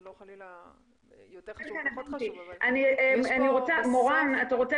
זה לא חלילה יותר או פחות חשוב אבל --- מורן אתה רוצה